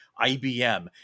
IBM